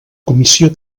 comissió